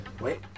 Wait